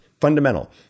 fundamental